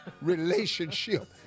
relationship